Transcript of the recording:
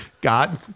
God